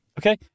Okay